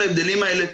להבדלים האלה.